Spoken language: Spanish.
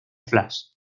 flash